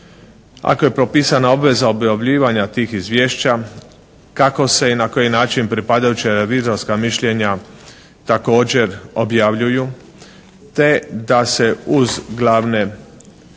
Ako je propisana obveza objavljivanja tih izvješća kako se i na koji način pripadajuća revizorska mišljenja također objavljuju te da se uz glavne prijave